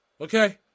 Okay